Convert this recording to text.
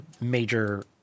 major